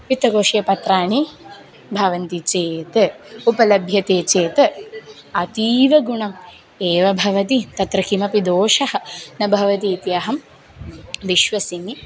वित्तकोषे पत्राणि भवन्ति चेत् उपलभ्यते चेत् अतीव गुणम् एव भवति तत्र किमपि दोषः न भवति इति अहं विश्वसिमि